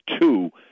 two